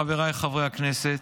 חבריי חברי הכנסת,